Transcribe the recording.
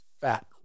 fat